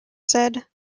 said